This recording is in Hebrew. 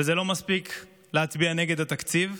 ולא מספיק להצביע נגד התקציב.